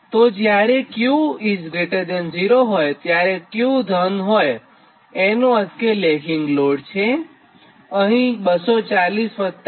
તોજ્યારે 𝑄 0 હોયત્યારે 𝑄 ધન છેતેનો અર્થ લેગિંગ લોડ છે તેથી અહીં 240 j 180 છે